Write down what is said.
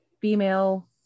female